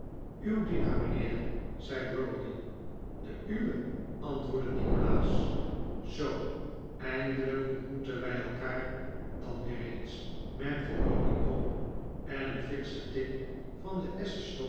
uw dienaar mijnheer zei browdie de uwe antwoordde nikolaas zoo eindelijk ontmoeten wij elkaar dan weer eens merkte browdie op en een fiksche tik van den